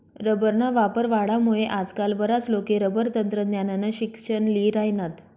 रबरना वापर वाढामुये आजकाल बराच लोके रबर तंत्रज्ञाननं शिक्सन ल्ही राहिनात